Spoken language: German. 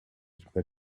per